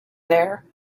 there